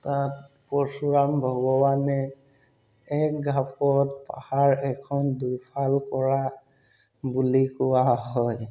তাত পৰশুৰাম ভগৱানে এক ঘাপত পাহাৰ এখন দুফাল কৰা বুলি কোৱা হয়